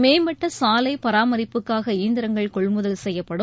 மேம்பட்ட சாலை பராமரிப்புக்காக இயந்திரங்கள் கொள்முதல் செய்யப்படும்